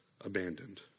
abandoned